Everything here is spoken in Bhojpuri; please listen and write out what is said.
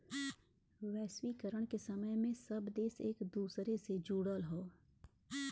वैश्वीकरण के समय में सब देश एक दूसरे से जुड़ल हौ